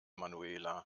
manuela